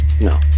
No